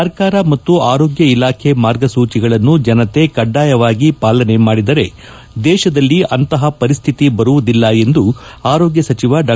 ಸರ್ಕಾರ ಮತ್ತು ಆರೋಗ್ಯ ಇಲಾಖೆ ಮಾರ್ಗಸೂಚಿಗಳನ್ನು ಜನತೆ ಕಡ್ಡಾಯವಾಗಿ ಪಾಲನೆ ಮಾಡಿದರೆ ದೇಶದಲ್ಲಿ ಅಂತಪ ಪರಿಸ್ತಿತಿ ಬರುವುದಿಲ್ಲ ಎಂದು ಆರೋಗ್ಯ ಸಚಿವ ಡಾ